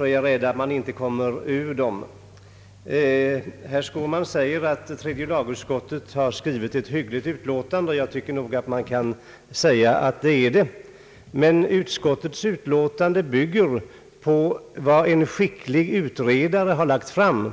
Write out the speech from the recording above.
är jag rädd för att man inte kommer ur dem. Herr Skårman anser att tredje lagutskottet har skrivit ett hyggligt utlåtande, vilket jag kan hålla med om. Men utskottets utlåtande bygger på vad en skieklig utredare har lagt fram.